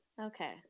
okay